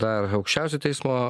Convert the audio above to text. dar aukščiausio teismo